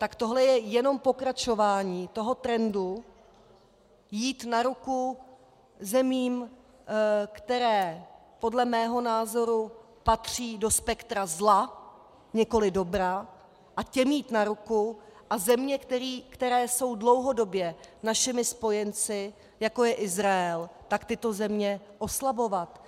Tak tohle je jenom pokračování toho trendu jít na ruku zemím, které podle mého názoru patří do spektra zla, nikoli dobra, a těm jít na ruku, a země, které jsou dlouhodobě našimi spojenci, jako je Izrael, tak tyto země oslabovat.